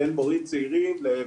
בין מורים צעירים לותיקים.